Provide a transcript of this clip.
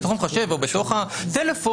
במחשב או בטלפון,